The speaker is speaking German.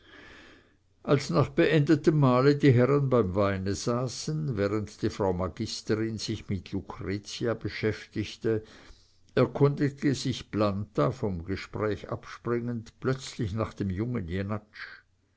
als nach beendigtem mahle die herren beim weine saßen während die frau magisterin sich mit lucretia beschäftigte erkundigte sich planta vom gespräch abspringend plötzlich nach dem jungen